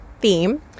theme